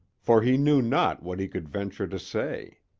for he knew not what he could venture to say.